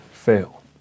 fail